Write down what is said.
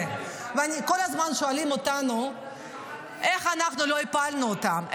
כל הזמן שואלים אותנו איך אנחנו לא הפלנו אותם,